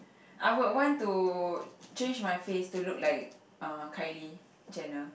I would want to change my face to look like uh Kylie-Jenner